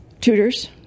tutors